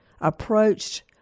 approached